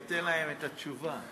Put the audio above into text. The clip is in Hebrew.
נותן להן את התשובה.